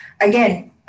again